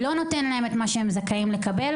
לא נותן להם את מה שהם זכאים לקבל,